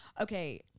Okay